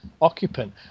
Occupant